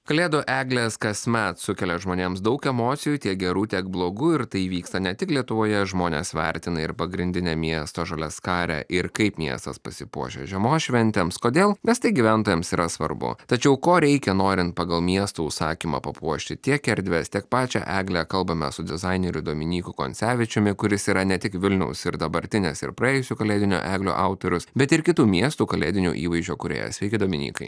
kalėdų eglės kasmet sukelia žmonėms daug emocijų tiek gerų tiek blogų ir tai įvyksta ne tik lietuvoje žmonės vertina ir pagrindinę miesto žaliaskarę ir kaip miestas pasipuošia žiemos šventėms kodėl nes tai gyventojams yra svarbu tačiau ko reikia norint pagal miesto užsakymą papuošti tiek erdves tiek pačią eglę kalbame su dizaineriu dominyku koncevičiumi kuris yra ne tik vilniaus ir dabartinės ir praėjusių kalėdinių eglių autorius bet ir kitų miestų kalėdinio įvaizdžio kūrėjas sveiki dominykai